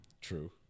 True